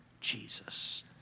Jesus